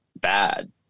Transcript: bad